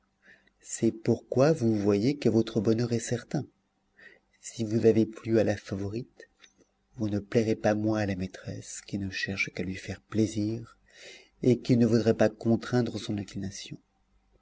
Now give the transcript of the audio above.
c'est pourquoi vous voyez que votre bonheur est certain si vous avez plu à la favorite vous ne plairez pas moins à la maîtresse qui ne cherche qu'à lui faire plaisir et qui ne voudrait pas contraindre son inclination